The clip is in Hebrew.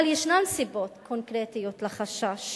אבל ישנן סיבות קונקרטיות לחשש.